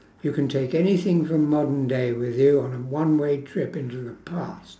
you can take anything from modern day with you on a one way trip into the past